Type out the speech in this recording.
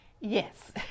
Yes